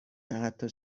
حتی